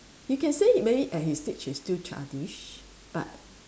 you can say maybe at his age he's still childish but